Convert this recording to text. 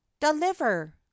deliver